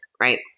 Right